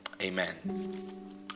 amen